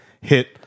hit